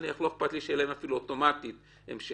לא אכפת לי שיהיה להם אוטומטית המשך.